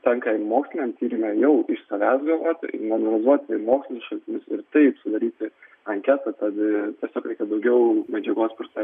tenka moksliniam tyrime iš savęs galvoti naudoti moksliškai ir taip sudaryti anketą kad tiesiog reikia daugiau medžiagos ta prasme